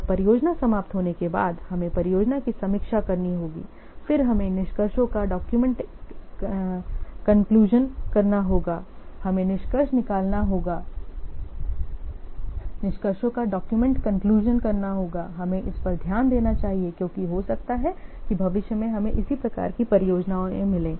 और परियोजना समाप्त होने के बाद हमें परियोजना की समीक्षा करनी होगी फिर हमें निष्कर्षों का डॉक्यूमेंट कंक्लुजन करना होगा हमें निष्कर्ष निकालना होगा निष्कर्षों का डॉक्यूमेंट कंक्लुजन करना होगा हमें इस पर ध्यान देना चाहिए क्योंकि हो सकता है कि भविष्य में हमें इसी प्रकार की परियोजनाएँ मिले